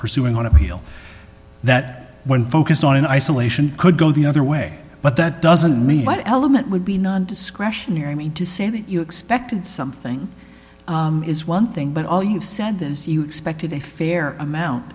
pursuing on appeal that one focused on in isolation could go the other way but that doesn't mean what element would be non discretionary mean to say that you expected something is one thing but all you've said this you expected a fair amount